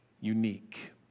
unique